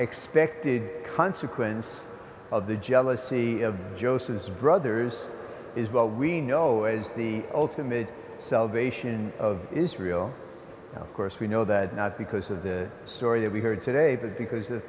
expected consequence of the jealousy of joseph brothers is what we know as the ultimate salvation of israel of course we know that not because of the story that we heard today but because of